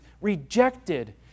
rejected